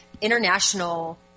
international